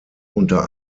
unter